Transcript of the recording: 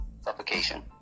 Suffocation